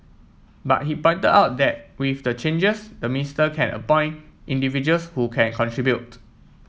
but he pointed out that with the changes the minister can appoint individuals who can contribute